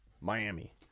Miami